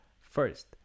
First